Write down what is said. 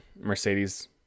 Mercedes